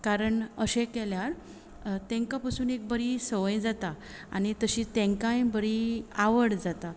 कारण अशें केल्यार तांकां पसून एक बरी सवय जाता आनी तशी तांकांय बरी आवड जाता